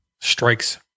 strikes